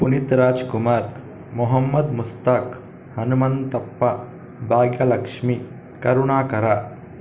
Puneeth Rajkumar Mohammed Mushtaq Hanumanthappa Bhagyalakshmi Karunakara